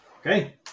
Okay